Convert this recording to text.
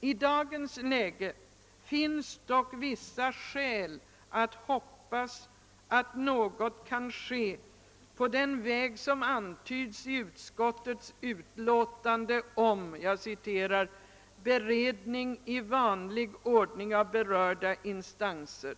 I dagens läge finns dock vissa skäl att hoppas att någonting kan ske på den väg som antyds i utskottsutlåtandet om »beredning i vanlig ordning av berörda instanser».